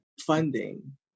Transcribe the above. funding